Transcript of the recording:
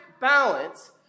balance